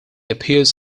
appears